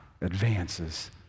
advances